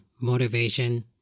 motivation